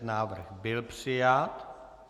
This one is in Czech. Návrh byl přijat.